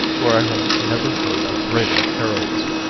for i have never heard of greater heroism.